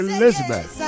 Elizabeth